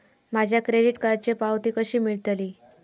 माझ्या क्रेडीट कार्डची पावती कशी मिळतली?